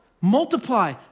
multiply